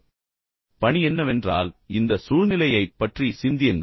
இப்போது பணி என்னவென்றால் இந்த சூழ்நிலையைப் பற்றி சிந்தியுங்கள்